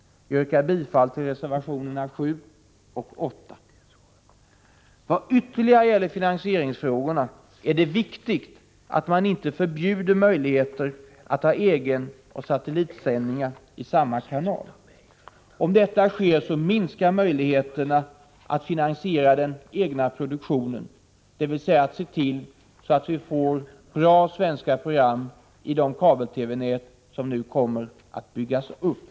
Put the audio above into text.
Jag yrkar bifall till reservationerna 7 och 8. Vad ytterligare gäller finansieringsfrågorna är det viktigt att man inte förbjuder egenoch satellitsändningar i samma kanal. Om detta sker minskar möjligheterna att finansiera den egna produktionen, dvs. att se till att vi får bra svenska program i de kabel-TV-nät som kommer att byggas upp.